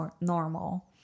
normal